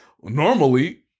normally